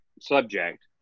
subject